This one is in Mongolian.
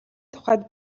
тухайд